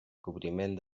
cobriment